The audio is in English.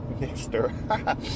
Mixer